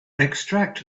extract